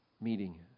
meeting